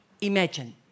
imagine